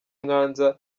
mwanza